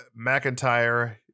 McIntyre